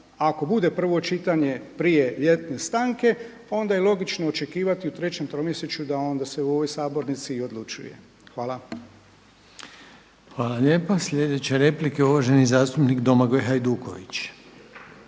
ako bude prvo čitanje prije ljetne stranke onda je logično očekivati u 3. tromjesečju da onda se u ovoj sabornici i odlučuje. Hvala. **Reiner, Željko (HDZ)** Hvala lijepa. Sljedeća replika je uvaženi zastupnik Domagoj Hajduković.